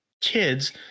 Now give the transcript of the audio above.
kids